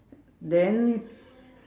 then